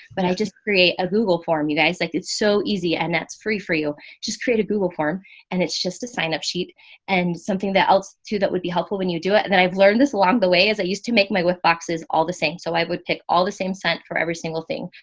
but i just create a google form. you guys like, it's so easy and that's free for you just create a google form and it's just a sign up sheet and something that else too, that would be helpful when you do it. and then i've learned this along the way, as i used to make my with boxes all the same. so i would pick all the same sent for every single thing,